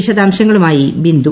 വിശദാംശങ്ങളുമായി ബിന്ദു